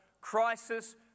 crisis